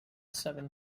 seven